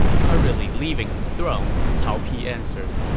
hurriedly leaving his throne, cao pi answered,